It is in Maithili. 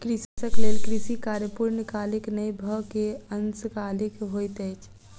कृषक लेल कृषि कार्य पूर्णकालीक नै भअ के अंशकालिक होइत अछि